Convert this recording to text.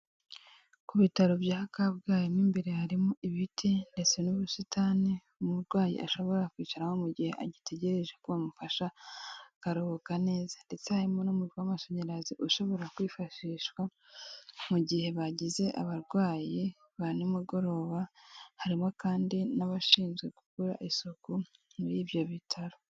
Ku bitaro bya kabgayi mu imbere harimo ibiti ndetse n'ubusitani umurwayi ashobora kwicaraho mu gihe agitegereje ko bamufasha akaruhuka neza ndetse harimo n'umuriro rwa w'amashanyarazi ushobora kwifashishwa mu gihe bagize abarwayi ba nimugoroba harimo kandi n'abashinzwe gukora isuku muri ibyo bitaro.